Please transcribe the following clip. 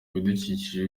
ibidukikije